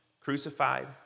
crucified